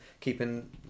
keeping